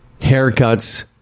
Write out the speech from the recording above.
haircuts